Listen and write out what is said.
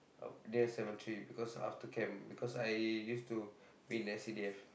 uh near cemetery because after camp because I used to be in S_C_D_F